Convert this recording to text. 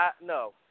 no